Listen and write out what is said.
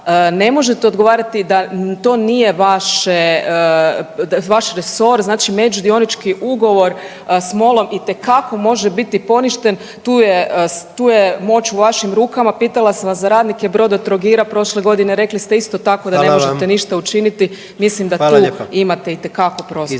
ne možete odgovarati da to nije vaše, vaš resor, znači međudionički ugovor s MOL-om itekako može biti poništen. Tu je, tu je moć u vašim rukama. Pitala sam vas za radnike Brodotrogira prošle godine rekli ste isto tako da ne možete ništa učiniti …/Upadica: Hvala vam./… mislim da tu imate itekako prostora